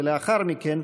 ולאחר מכן,